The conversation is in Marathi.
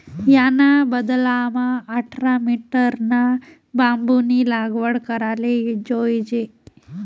याना बदलामा आठरा मीटरना बांबूनी लागवड कराले जोयजे